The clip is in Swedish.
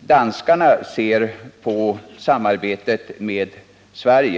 danskarna ser på samarbetet med Sverige.